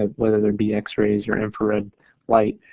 ah whether they'd be x rays or infrared light,